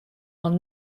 are